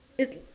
it